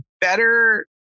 better